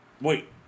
Wait